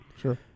sure